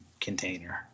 container